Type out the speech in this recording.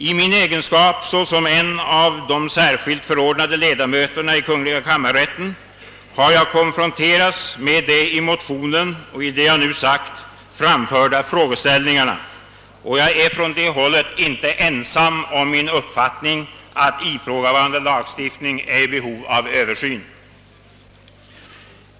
I min egenskap av en av de särskilt förordnade ledamöterna i kammarrätten har jag konfronterats med de i motionerna framförda frågeställningarna, och jag har funnit mig inte vara ensam om min uppfattning att ifrågavarande lagstiftning är i behov av översyn.